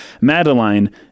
madeline